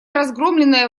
разгромленная